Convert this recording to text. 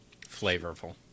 flavorful